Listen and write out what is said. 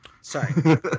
Sorry